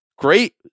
Great